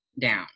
down